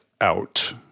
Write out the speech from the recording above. out